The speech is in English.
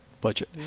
budget